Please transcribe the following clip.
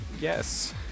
Yes